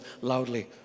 loudly